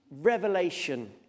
Revelation